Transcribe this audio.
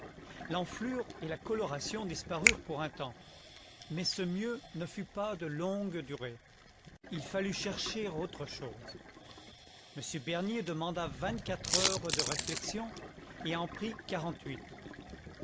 l'enflure et la coloration disparurent pour un temps mais ce mieux ne fut pas de longue durée il fallut chercher autre chose m bernier demanda vingtquatre heures de réflexion et en prit